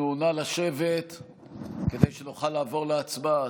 נא לשבת כדי שנוכל לעבור להצבעה.